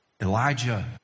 Elijah